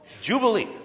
Jubilee